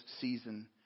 season